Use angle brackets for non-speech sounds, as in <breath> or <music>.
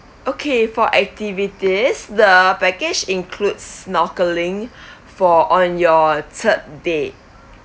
okay for activities the package includes snorkeling <breath> for on your third day